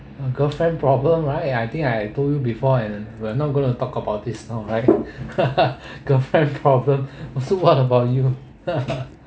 a girlfriend problem right I think I told you before and we're not going to talk about this now right girlfriend problem also what about you